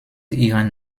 ihren